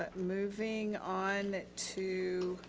but moving on to